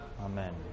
amen